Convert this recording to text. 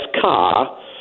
car